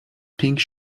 pink